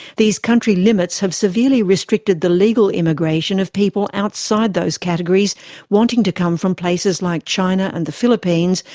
these country limits have severely restricted the legal immigration of people outside those categories wanting to come from places like china and the philippines,